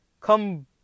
come